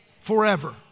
forever